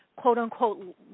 quote-unquote